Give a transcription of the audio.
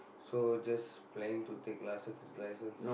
so just planning to take lah security license